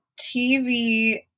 TV